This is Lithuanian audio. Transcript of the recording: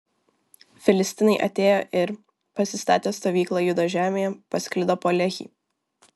filistinai atėjo ir pasistatę stovyklą judo žemėje pasklido po lehį